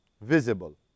Visible